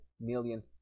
million